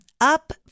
up